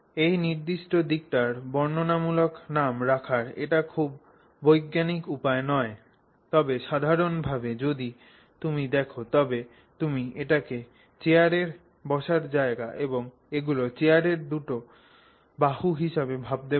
এই নির্দিষ্ট দিকটির বর্ণনামূলক নাম রাখার এটা খুব বৈজ্ঞানিক উপায় নয় তবে সাধারণভাবে যদি তুমি দেখ তবে তুমি এটিকে চেয়ারের বসার জায়গা এবং এগুলি চেয়ারের দুটি বাহু হিসাবে ভাবতে পার